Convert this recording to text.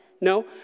no